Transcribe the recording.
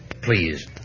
Please